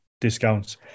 discounts